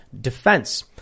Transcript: Defense